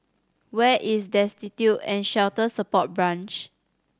where is Destitute and Shelter Support Branch